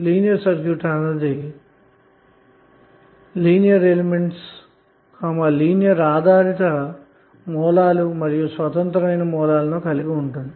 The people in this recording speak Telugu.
లీనియర్ సర్క్యూట్ అన్నది లీనియర్ ఎలిమెంట్స్ లీనియర్ ఆధారిత సోర్సెస్ మరియు స్వతంత్ర సోర్సెస్ గలిగి ఉండును